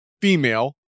female